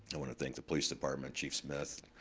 i want to thank the police department chief smith,